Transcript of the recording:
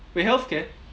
wait healthcare